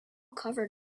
cover